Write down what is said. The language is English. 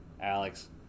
Alex